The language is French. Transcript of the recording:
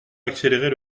accélérer